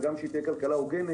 וגם שהיא תהיה כלכלה הוגנת,